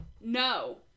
no